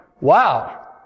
Wow